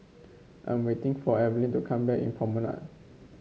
I'm waiting for Evelin to come back in Promenade